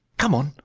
come on!